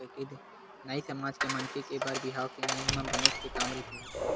नाई समाज के मनखे के बर बिहाव के नेंग म बनेच के काम रहिथे